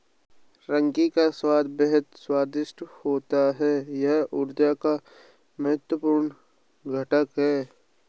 रागी का स्वाद बेहद स्वादिष्ट होता है यह ऊर्जा का महत्वपूर्ण घटक है